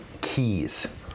keys